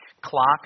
Clock